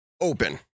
open